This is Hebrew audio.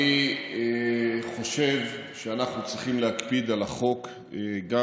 אני חושב שאנחנו צריכים להקפיד על החוק גם